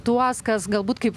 tuos kas galbūt kaip